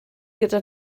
gyda